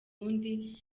wundi